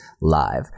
live